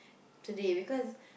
today because